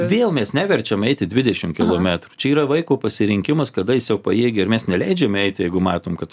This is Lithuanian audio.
vėl mes neverčiame eiti dvidešimt kilometrų čia yra vaiko pasirinkimas kada jis jau pajėgia ir mes neleidžiame eiti jeigu matome kad